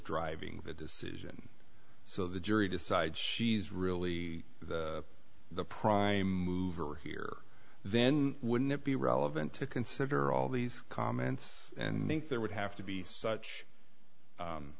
driving the decision so the jury decides she's really the prime mover here then wouldn't it be relevant to consider all these comments and think there would have to be such